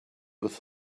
with